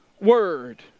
Word